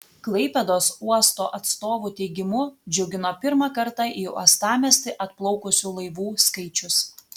klaipėdos uosto atstovų teigimu džiugino pirmą kartą į uostamiestį atplaukusių laivų skaičius